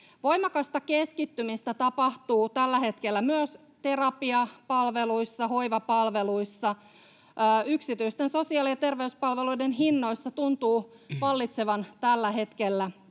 Voimakasta keskittymistä tapahtuu tällä hetkellä myös terapiapalveluissa, hoivapalveluissa. Yksityisten sosiaali- ja terveyspalveluiden hinnoissa tuntuu vallitsevan tällä hetkellä